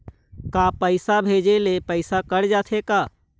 का पैसा भेजे ले पैसा कट जाथे का?